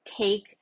take